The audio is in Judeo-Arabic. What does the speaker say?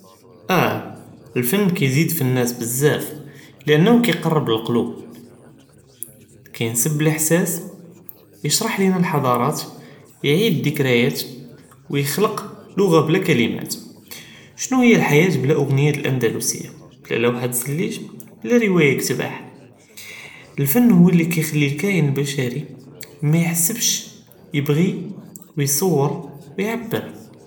אה, אלפנ קייזיד פאנאס בזאף לאנה קייקרב אלכלוב, קינסב אלאהסאס ישרח לינה אלחד'רות יעיד אזדקריאת ו יכל'ק לוג'ה בלא קלימות, שנו היא אלחياة בלא אלאגניאת אלאנדלוסיה, בלא לוהאת אזזלי'ג, בלא רוואיה כתבע, אלפנ הוא אללי קיכלי אלקיאן אלבשרי מאיחסבש יבחי ו יצור ו יעבר.